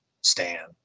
Stan